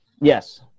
Yes